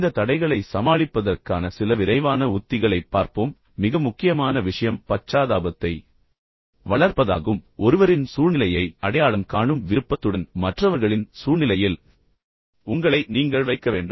இந்த தடைகளை சமாளிப்பதற்கான சில விரைவான உத்திகளைப் பார்ப்போம் மிக முக்கியமான விஷயம் பச்சாதாபத்தை வளர்ப்பதாகும் அதாவது ஒருவரின் சூழ்நிலையை அடையாளம் காணும் விருப்பத்துடன் மற்றவர்களின் சூழ்நிலையில் உங்களை நீங்கள் வைக்க வேண்டும்